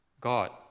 God